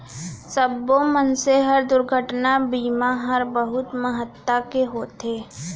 सब्बो मनसे बर दुरघटना बीमा हर बहुत महत्ता के होथे